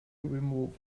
removed